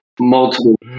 multiple